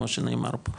כמו שנאמר פה,